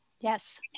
Yes